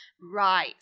right